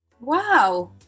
Wow